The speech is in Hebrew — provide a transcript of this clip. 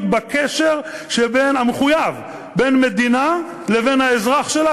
בקשר המחויב בין מדינה לבין האזרח שלה,